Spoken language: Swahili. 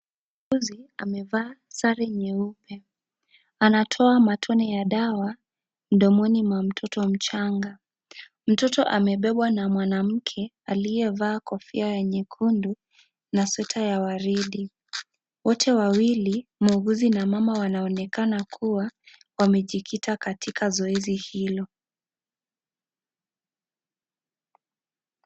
Muuguzi amevaa sare nyeupe, anatoa matone ya dawa mdomoni mwa mtoto mchanga. Mtoto amebebwa na mwanamke aliyevaa kofia nyekundu na sweta ya waridi. Wote wawili, muuguzi na mama, wanaonekana kuwa wamejikita katika zoezi hilo.